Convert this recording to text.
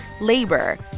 labor